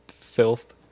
filth